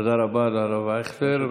תודה רבה לרב אייכלר.